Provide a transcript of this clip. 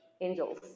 angels